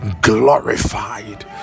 glorified